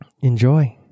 Enjoy